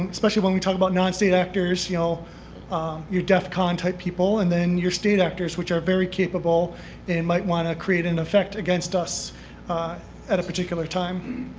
um especially when we talk about non-state actors, you know your def con type people, and then your state actors, which are capable and might want to create an effect against us at a particular time.